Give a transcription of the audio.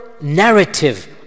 narrative